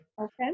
Okay